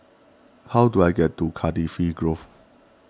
how do I get to Cardifi Grove